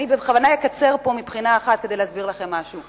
אני בכוונה אקצר פה מבחינה אחת כדי להסביר לכם משהו.